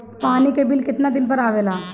पानी के बिल केतना दिन पर आबे ला?